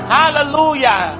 hallelujah